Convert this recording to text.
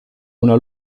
una